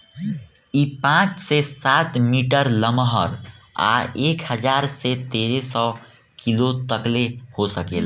इ पाँच से सात मीटर लमहर आ एक हजार से तेरे सौ किलो तकले हो सकेला